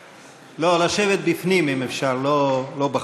לא, לשבת בפנים, אם אפשר, לא בחוץ.